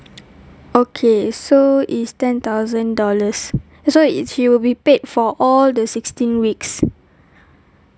okay so is ten thousand dollars so is she will be paid for all the sixteen weeks